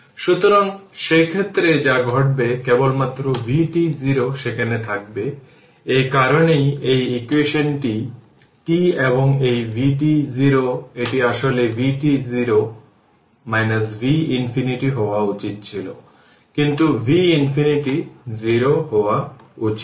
সুতরাং সেক্ষেত্রে যা ঘটবে কেবলমাত্র vt0 সেখানে থাকবে এই কারণেই এই ইকুয়েশনটি t এবং এই vt0 এটি আসলে vt0 v ইনফিনিটি হওয়া উচিত ছিল কিন্তু v ইনফিনিটি 0 হওয়া উচিত